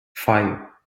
five